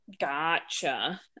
Gotcha